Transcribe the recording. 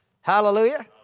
Hallelujah